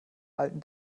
alten